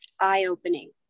eye-opening